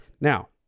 Now